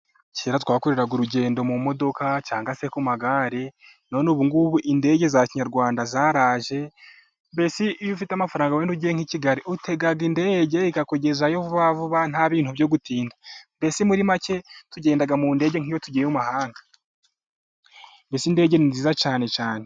Kera twakorega urugendo mu modoka, cyangwa se ku magari. None ubu, indege za kinyarwanda zaraje. Mbese iyo ufite amafaranga wenda ugiye nk'i Kigali utega indege ikakugezayo vuba vuba nta bintu byo gutinda. Muri maketugenda mu ndege nk'yo tugiye mu mahanga. indege ni nziza cyane cyane.